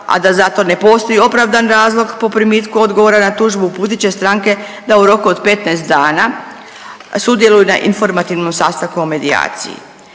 a da zato ne postoji opravdan razlog, po primitku odgovora na tužbu, uputit će stranke da u roku od 15 dana sudjeluju na informativnom sastanku o medijaciji.